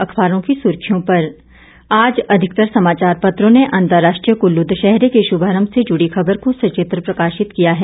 अखबारों की सुर्खियों पर आज अधिकतर समाचार पत्रों ने अंतर्राष्ट्रीय कुल्लू दशहरे के शुभारंभ से जुड़ी खबर को सचित्र प्रकाशित किया है